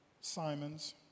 Simons